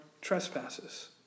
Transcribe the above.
trespasses